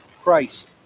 Christ